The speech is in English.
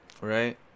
Right